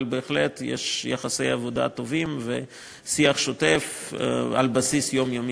אבל בהחלט יש יחסי עבודה טובים ושיח שוטף על בסיס יומיומי,